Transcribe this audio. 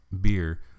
beer